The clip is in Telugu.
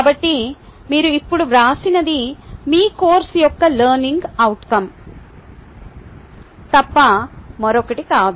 కాబట్టి మీరు ఇప్పుడు వ్రాసినది మీ కోర్సు యొక్క లెర్నింగ్ అవుట్కo తప్ప మరొకటి కాదు